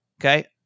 Okay